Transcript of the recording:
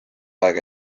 aega